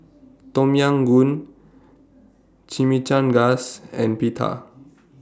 Tom Yam Goong Chimichangas and Pita